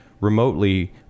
remotely